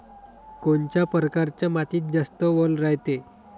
कोनच्या परकारच्या मातीत जास्त वल रायते?